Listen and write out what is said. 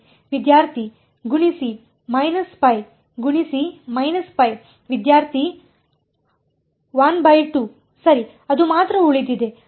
ವಿದ್ಯಾರ್ಥಿ ಗುಣಿಸಿ ಗುಣಿಸಿ ವಿದ್ಯಾರ್ಥಿ 12 ಸರಿ ಅದು ಮಾತ್ರ ಉಳಿದಿದೆ